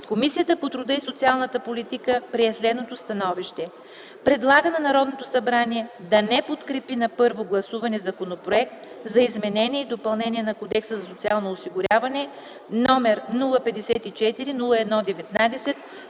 Комисията по труда и социалната политика прие следното становище: Предлага на Народното събрание да не подкрепи на първо гласуване Законопроект за изменение и допълнение на Кодекса за социално осигуряване, № 054-01-19,